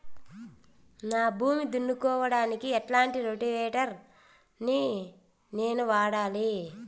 నా భూమి దున్నుకోవడానికి ఎట్లాంటి రోటివేటర్ ని నేను వాడాలి?